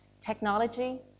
technology